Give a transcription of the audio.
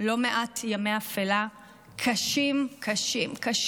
לא מעט ימי אפלה קשים, קשים.